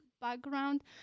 background